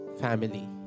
family